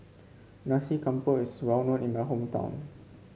Nasi Campur is well known in my hometown